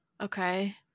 Okay